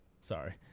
Sorry